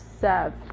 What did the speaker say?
serve